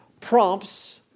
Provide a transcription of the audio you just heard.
prompts